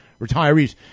retirees